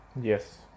Yes